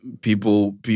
people